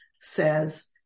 says